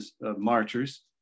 marchers